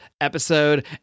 episode